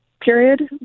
period